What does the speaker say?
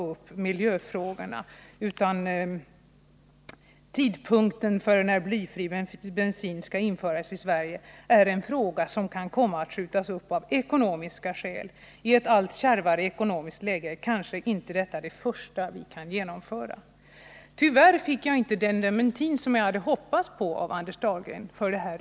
Anders Dahlgren sade ju i intervjun att frågan om tidpunkten för när blyfri bensin skulle införas i Sverige kan komma att skjutas upp av ekonomiska skäl och att detta, i ett allt kärvare ekonomiskt läge, kanske inte är det första som regeringen kan genomföra. Tyvärr fick jag inte den dementi på det här uttalandet som jag hade hoppats på.